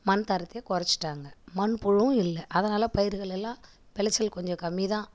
மண் தரத்தை கொறைச்சிடாங்க மண்புழுவும் இல்லை அதனால் பயிர்களெல்லாம் வெளைச்சல் கொஞ்சம் கம்மிதான்